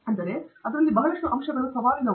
ಅಂದರೆ ಅದರಲ್ಲಿ ಬಹಳಷ್ಟು ಅಂಶಗಳು ಸವಾಲಿನವು